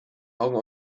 augen